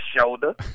shoulder